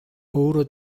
өөрөө